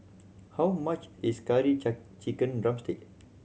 how much is curry chicken drumstick